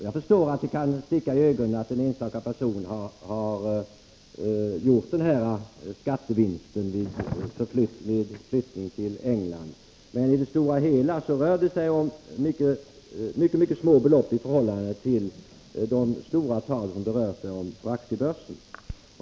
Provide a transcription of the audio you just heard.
Jag förstår att det kan sticka i ögonen att en enstaka person har gjort denna skattevinst vid flyttning till England, men i det stora heia rör det sig om mycket små beloppi förhållande till de stora tal det rör sig om på aktiebörsen.